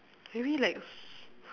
maybe like s~